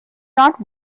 not